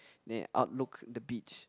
they outlook the beach